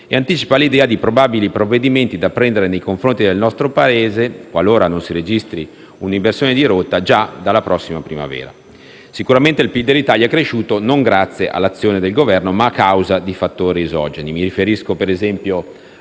e anticipa l'idea di probabili provvedimenti da prendere nei confronti del nostro Paese, qualora non si registri una inversione di rotta già dalla prossima primavera. Sicuramente il PIL dell'Italia è cresciuto, non grazie all'azione del Governo, ma a causa di fattori esogeni. Mi riferisco, ad esempio,